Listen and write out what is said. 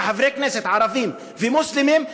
כחברי כנסת ערבים ומוסלמים,